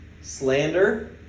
slander